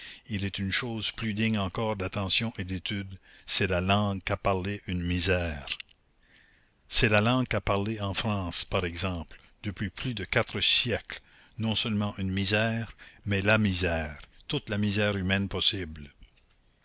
il est une chose plus digne encore d'attention et d'étude c'est la langue qu'a parlée une misère c'est la langue qu'a parlée en france par exemple depuis plus de quatre siècles non seulement une misère mais la misère toute la misère humaine possible